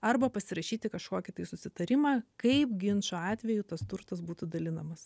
arba pasirašyti kažkokį tai susitarimą kaip ginčo atveju tas turtas būtų dalinamas